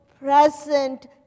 present